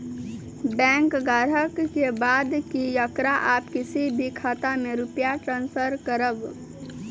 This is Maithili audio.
बैंक ग्राहक के बात की येकरा आप किसी भी खाता मे रुपिया ट्रांसफर करबऽ?